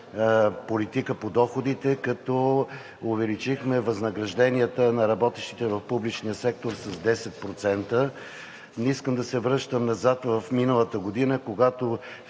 политика по доходите, като увеличихме възнагражденията на работещите в публичния сектор с 10%. Не искам да се връщам назад в минавалата година, когато